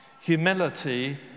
Humility